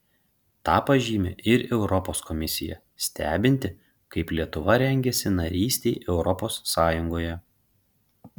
tą pažymi ir europos komisija stebinti kaip lietuva rengiasi narystei europos sąjungoje